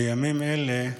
בימים אלה,